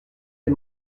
des